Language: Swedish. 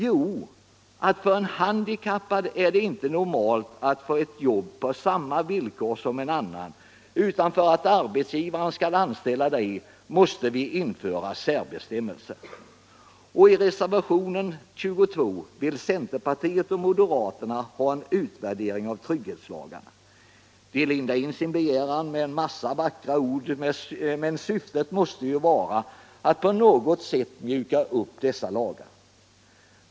Jo, att för en handikappad är det inte normalt att få ett jobb på samma villkor som en annan person utan för att arbetsgivarna skall anställa dem måste vi införa särbestämmelser. I reservationen 22 vill centerpartiet och moderata samlingspartiet ha en utvärdering av trygghetslagarna. De lindar in sin begäran med en massa vackra ord. men syftet måste ju vara att på något sätt mjuka upp dessa lagar.